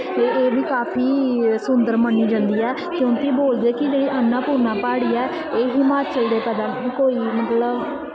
एह् बी काफी सुंदर मन्नी जंदी ऐ ते क्योंकि बोलदे कि जेह्ड़ी अन्नापूर्ना प्हाड़ी ऐ एह् हिमाचल दा कोई मतलब